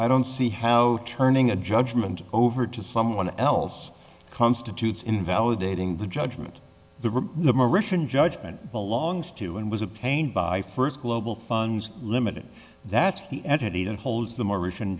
i don't see how turning a judgment over to someone else constitutes invalidating the judgment the numeration judgment belongs to and was obtained by first global funds limited that's the entity that holds the more recent